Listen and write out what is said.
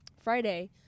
Friday